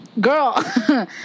Girl